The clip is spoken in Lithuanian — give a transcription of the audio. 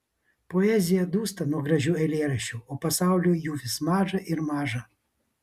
poezija dūsta nuo gražių eilėraščių o pasauliui jų vis maža ir maža